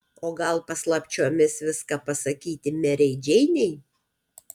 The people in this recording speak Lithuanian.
o gal paslapčiomis viską pasakyti merei džeinei